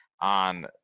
on